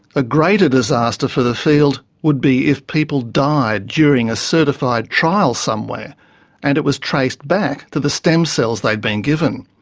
a greater disaster for the field would be if people died during a certified trial somewhere and it was traced back to the stem cells they'd been given.